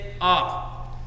up